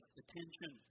attention